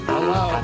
Hello